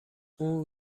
اون